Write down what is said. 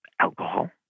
alcohol